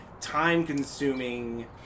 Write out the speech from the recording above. time-consuming